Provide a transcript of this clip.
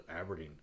Aberdeen